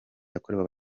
yakorewe